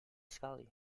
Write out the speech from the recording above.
sekali